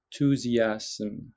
Enthusiasm